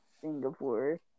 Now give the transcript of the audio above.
Singapore